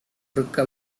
இருக்க